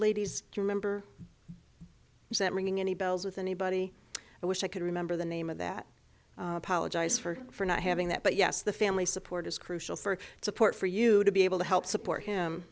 ladies remember that ringing any bells with anybody i wish i could remember the name of that apologize for for not having that but yes the family support is crucial for support for you to be able to help support him